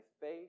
faith